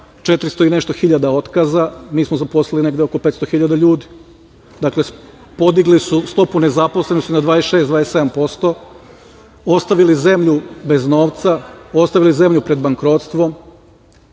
400 i nešto hiljada otkaza, mi smo zaposlili negde oko 500.000 ljudi. Dakle, podigli su stopu nezaposlenosti na 26%, 27%, ostavili zemlju bez novca, ostavili zemlju pred bankrotstvom.